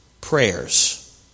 prayers